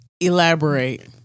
elaborate